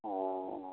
ꯑꯣ